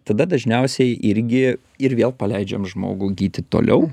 tada dažniausiai irgi ir vėl paleidžiam žmogų gyti toliau